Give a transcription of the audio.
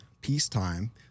peacetime